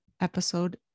episode